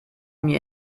mir